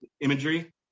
imagery